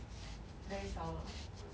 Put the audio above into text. very sour